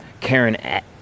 Karen